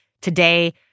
Today